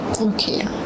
Okay